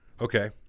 Okay